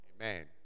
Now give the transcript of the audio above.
Amen